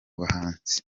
buhanzi